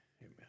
amen